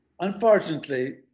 Unfortunately